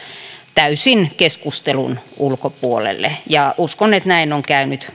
täysin keskustelun ulkopuolelle uskon että näin on käynyt